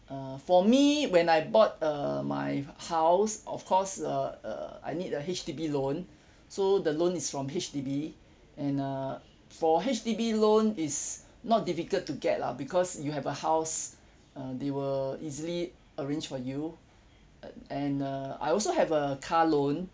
uh for me when I bought uh my house of course uh uh I need a H_D_B loan so the loan is from H_D_B and uh for H_D_B loan is not difficult to get lah because you have a house uh they will easily arrange for you uh and err I also have a car loan